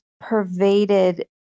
pervaded